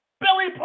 Billy